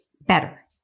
better